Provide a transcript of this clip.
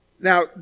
Now